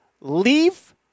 leave